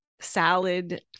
salad